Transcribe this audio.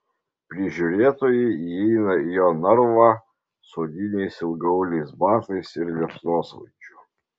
prižiūrėtojai įeina į jo narvą su odiniais ilgaauliais batais ir liepsnosvaidžiu